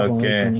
Okay